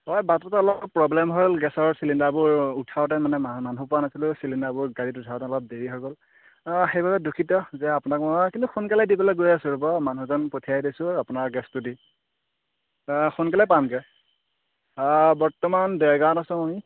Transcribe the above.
হয় বাটত অলপ প্ৰব্লেম হ'ল গেছৰ চিলিণ্ডাৰবোৰ উঠাওঁতে মানে মা মানুহ পোৱা নাছিলোঁ চিলিণ্ডাৰবোৰ গাড়ীত উঠাওঁতে অলপ দেৰি হৈ গ'ল অঁ সেইবাবে দুঃখিত যে আপোনাক মই কিন্তু সোনকালে দিবলৈ গৈ আছোঁ ৰ'ব মানুহজন পঠিয়াই দিছোঁ আপোনাৰ গেছটো দি সোনকালে পামগৈ বৰ্তমান দেৰগাঁৱত আছোঁ মই